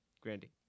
Grandy